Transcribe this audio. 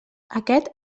aquest